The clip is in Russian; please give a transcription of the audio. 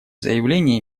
заявления